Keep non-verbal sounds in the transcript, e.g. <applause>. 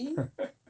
<laughs>